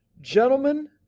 gentlemen